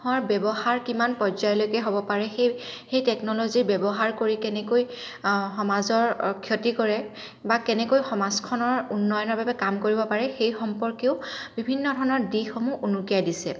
ব্যৱহাৰ কিমান পৰ্যায়লৈকে হ'ব পাৰে সেই সেই টেকনল'জী ব্যৱহাৰ কৰি কেনেকৈ সমাজৰ ক্ষতি কৰে বা কেনেকৈ সমাজখনৰ উন্নয়নৰ বাবে কাম কৰিব পাৰে সেই সম্পৰ্কেও বিভিন্ন ধৰণৰ দিশসমূহ উনুকিয়াই দিছে